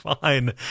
fine